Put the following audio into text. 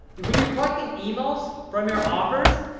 when you're collecting emails from your offers,